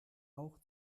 auch